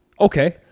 Okay